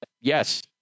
yes